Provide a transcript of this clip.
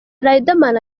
riderman